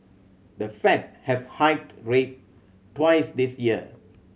the Fed has hiked rate twice this year